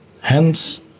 Hence